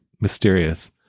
mysterious